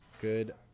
good